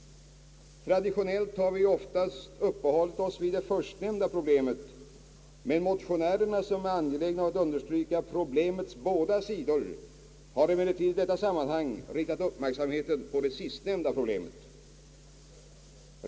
Traditionellt har vi ju oftast uppehållit oss vid det förstnämnda problemet, men motionärerna, som är angelägna om att understryka problemets båda sidor, har emellertid i detta sammanhang riktat uppmärksamheten på det sistnämnda problemet.